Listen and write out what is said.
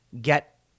get